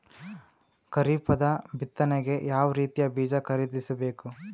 ಖರೀಪದ ಬಿತ್ತನೆಗೆ ಯಾವ್ ರೀತಿಯ ಬೀಜ ಖರೀದಿಸ ಬೇಕು?